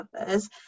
other's